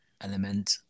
element